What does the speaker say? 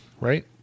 right